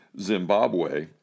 Zimbabwe